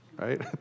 right